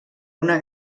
una